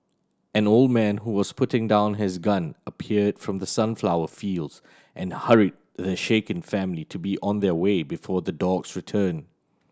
an old man who was putting down his gun appeared from the sunflower fields and hurried the shaken family to be on their way before the dogs return